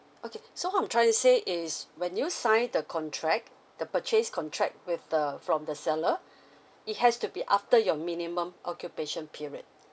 okay so how I'm trying to say is when you sign the contract the purchase contract with the from the seller it has to be after your minimum occupation period